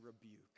rebuke